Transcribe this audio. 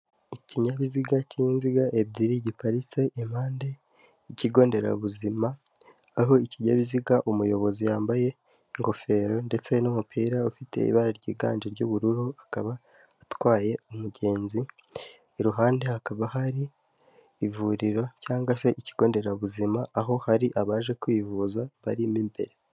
Ikinyabiziga cy'inziga ebyiri giparitse impande y'ikigo nderabuzima aho ikinyabiziga umuyobozi yambaye ingofero ndetse n'umupira ufite ibara ryiganje ry'ubururu akaba atwaye umugenzi iruhande hakaba hari ivuriro cyangwa se ikigo nderabuzima aho hari abaje kwivuza barimo imbere.